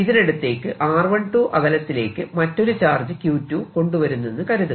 ഇതിനടുത്തേക്ക് r12 അകലത്തിലേക്ക് മറ്റൊരു charge Q2 കൊണ്ടുവരുന്നെന്ന് കരുതുക